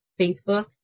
Facebook